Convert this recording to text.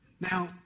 Now